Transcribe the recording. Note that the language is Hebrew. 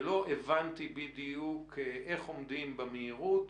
ולא הבנתי בדיוק איך עומדים במהירות,